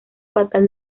fatal